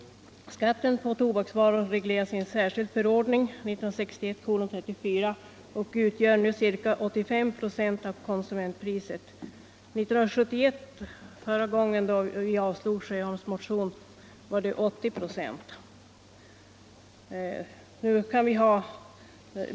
Skatten på tobaksvaror regleras i en särskild förordning, 1961:34, och utgör nu ca 85 96 av konsumentpriset. År 1971, när vi förra gången avslog herr Sjöholms motion, var den 80 96.